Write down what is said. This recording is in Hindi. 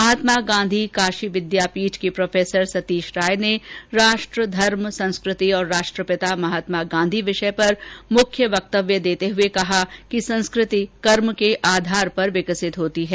महात्मा गांधी काषी विद्यापीठ के प्राफेसर सतीष राय ने राष्ट्र धर्म संस्कृति और राष्ट्रपिता महात्मा गांधी विषय पर मुख्य वक्तव्य देते हुए कहा कि संस्कृति कर्म के आधार पर विकसित होती है